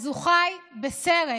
אז הוא חי בסרט.